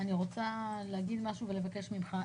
אני רוצה להגיד משהו ולבקש ממך.